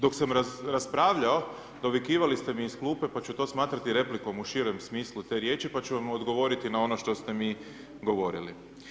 Dok sam raspravljao, dovikivali ste mi iz klupe, pa ću to smatrati replikom u širem smislu te riječi, pa ću vam odgovoriti na ono što ste mi govorili.